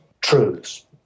truths